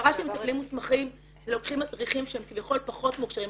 הכשרה של מטפלים מוסמכים זה לוקחים מדריכים שהם כביכול פחות מוכשרים.